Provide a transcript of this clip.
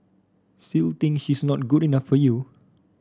still think she's not good enough for you